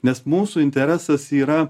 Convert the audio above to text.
nes mūsų interesas yra